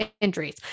injuries